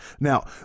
Now